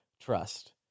trust